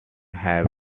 have